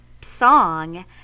song